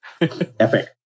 Epic